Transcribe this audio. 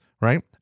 right